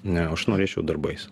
ne o aš norėčiau darbais